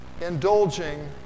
indulging